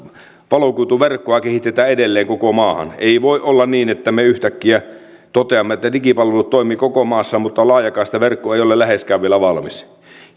valokuituverkkoa kehitetään edelleen koko maahan ei voi olla niin että me yhtäkkiä toteamme että digipalvelut toimivat koko maassa mutta laajakaistaverkko ei ole läheskään vielä valmis